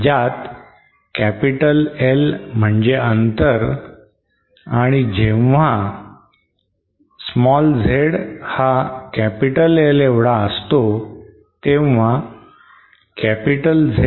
ज्यात capital L म्हणजे अंतर आणि जेव्हा zL तेव्हा ZRL